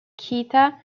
keita